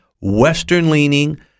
western-leaning